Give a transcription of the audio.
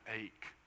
ache